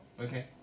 okay